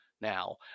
now